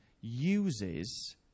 uses